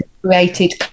created